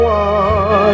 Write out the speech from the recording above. one